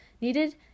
needed